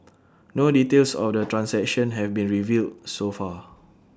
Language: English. no details of the transaction have been revealed so far